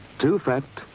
too fat?